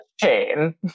chain